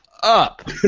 Up